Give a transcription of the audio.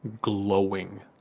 glowing